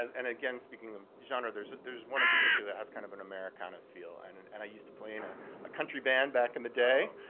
and again, speaking of genre, there's there's one in particular that has kind of an americana feel. and and i used to play in ah a country band back in the day.